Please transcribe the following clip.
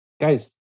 guys